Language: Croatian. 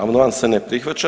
Amandman se ne prihvaća.